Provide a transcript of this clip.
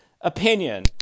opinion